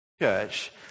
church